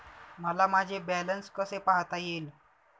मला माझे बॅलन्स कसे पाहता येईल?